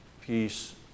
Peace